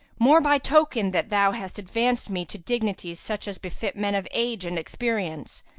more by token that thou hast advanced me to dignities such as befit men of age and experience,